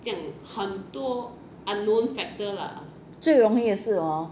最容易的是 hor